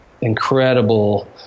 incredible